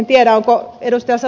sasilla tai ed